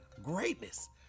greatness